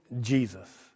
Jesus